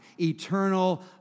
eternal